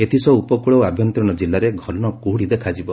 ଏଥିସହ ଉପକୁଳ ଓ ଆଭ୍ୟନ୍ତରୀଣ କିଲ୍ଲାରେ ଘନକୁହୁଡି ଦେଖାଯିବ